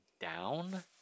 down